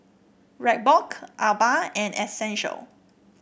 Reebok Alba and Essential